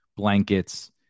blankets